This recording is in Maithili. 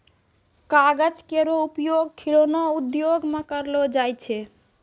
कागज केरो उपयोग खिलौना उद्योग म करलो जाय छै